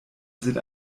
sind